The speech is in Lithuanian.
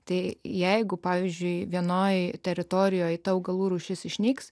tai jeigu pavyzdžiui vienoj teritorijoj ta augalų rūšis išnyks